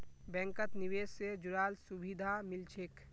बैंकत निवेश से जुराल सुभिधा मिल छेक